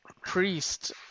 priest